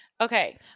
Okay